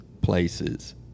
places